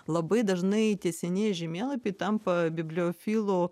labai dažnai tie senieji žemėlapiai tampa bibliofilų